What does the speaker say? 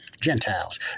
Gentiles